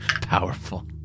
Powerful